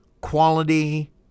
quality